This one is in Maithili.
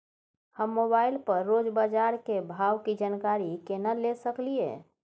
हम मोबाइल पर रोज बाजार के भाव की जानकारी केना ले सकलियै?